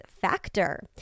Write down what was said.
Factor